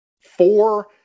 four